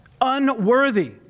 unworthy